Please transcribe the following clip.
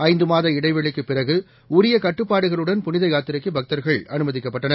ஐந்து மாத இடைவெளிக்கு பிறகு உரிய கட்டுப்பாடுகளுடன் புனித யாத்திரைக்கு பக்தர்கள் அனுமதிக்கப்பட்டனர்